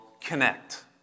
connect